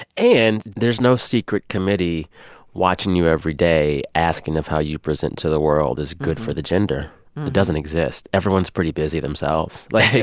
and there's no secret committee watching you every day asking if how you present to the world is good for the gender. it doesn't exist. everyone's pretty busy themselves. like,